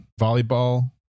Volleyball